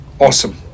Awesome